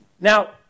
Now